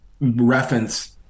reference